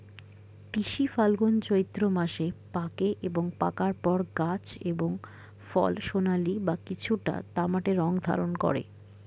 তিসি ফাল্গুন চৈত্র মাসে পাকে এবং পাকার পর গাছ এবং ফল সোনালী বা কিছুটা তামাটে রং ধারণ করে